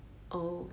oh